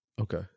Okay